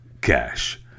cash